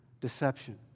deception